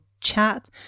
chat